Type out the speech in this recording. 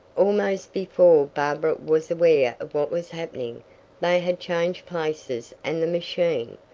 almost before barbara was aware of what was happening they had changed places and the machine,